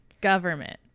Government